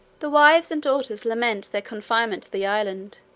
the wives and daughters lament their confinement to the island,